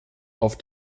auf